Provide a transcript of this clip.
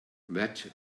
that